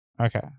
Okay